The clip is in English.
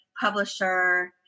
publisher